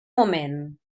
moment